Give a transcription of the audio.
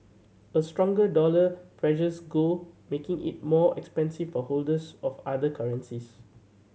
a stronger dollar pressures gold making it more expensive for holders of other currencies